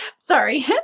sorry